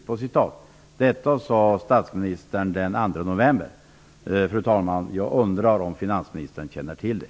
Jag undrar, fru talman, om finansministern känner till det.